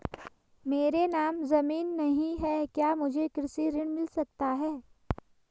मेरे नाम ज़मीन नहीं है क्या मुझे कृषि ऋण मिल सकता है?